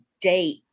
date